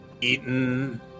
eaten